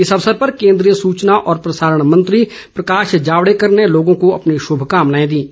इस अवसर पर केन्द्रीय सुचना और प्रसारण मंत्री प्रकाश जावड़ेकर ने लोगों को अपनी शुभकामनाएं दीं